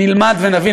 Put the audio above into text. נלמד ונבין.